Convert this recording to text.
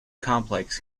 complex